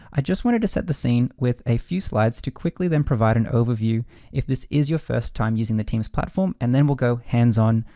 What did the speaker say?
i just wanted to set the scene with a few slides to quickly then provide an overview if this is your first time using the teams platform. and then we'll go hands-on,